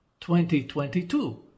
2022